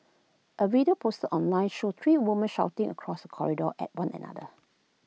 A video posted online showed three women shouting across corridor at one another